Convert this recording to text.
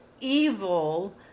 evil